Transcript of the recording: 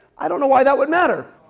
i don't know why that would matter.